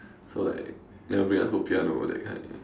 so like never bring us for piano that kind